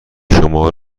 شما